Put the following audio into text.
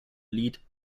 lied